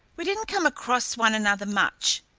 we didn't come across one another much,